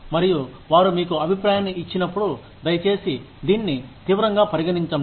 మరియు వారు మీకు అభిప్రాయాన్ని ఇచ్చినప్పుడు దయచేసి దీన్ని తీవ్రంగా పరిగణించండి